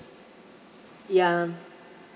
ya